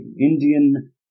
Indian